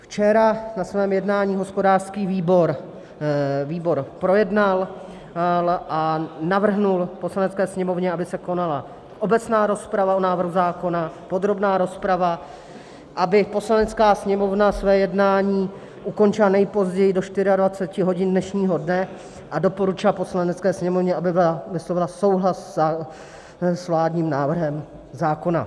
Včera na svém jednání hospodářský výbor projednal a navrhl Poslanecké sněmovně, aby se konala obecná rozprava o návrhu zákona, podrobná rozprava, aby Poslanecká sněmovna své jednání ukončila nejpozději do 24 hodin dnešního dne, a doporučil Poslanecké sněmovně, aby vyslovila souhlas s vládním návrhem zákona.